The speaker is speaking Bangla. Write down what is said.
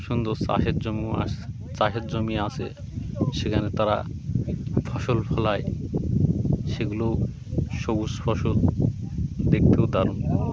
সুন্দর চষের জমিও আস চষের জমি আছে সেখানে তারা ফসল ফলায় সেগুলো সবুজ ফসল দেখতেও দারণ